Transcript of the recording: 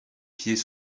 pieds